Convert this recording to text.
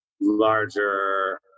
larger